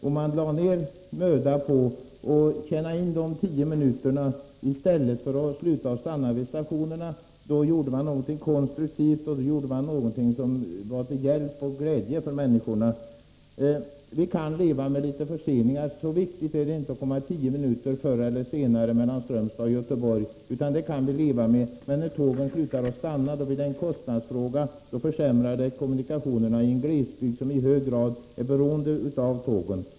Om man lade ned möda på att tjäna in dessa tio minuter i stället för att sluta att stanna vid stationerna, gjorde man någonting konstruktivt och någonting som skulle vara till hjälp och glädje för människorna. Vi kan leva med litet förseningar, så viktigt är det inte att komma fram tio minuter förr eller senare. Men när tågen slutar att stanna, blir det en kostnadsfråga. Då försämras kommunikationerna i en glesbygd, som i hög grad är beroende av tågen.